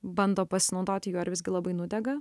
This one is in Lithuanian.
bando pasinaudoti juo ir visgi labai nudega